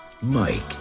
Mike